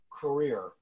career